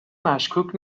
مشکوک